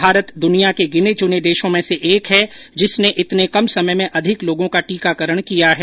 भारत दुनिया के गिने चुने देशों में से एक है जिसने इतने कम समय में अधिक लोगों का टीकाकरण किया है